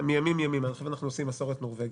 עכשיו אנחנו עושים מסורת נורבגית.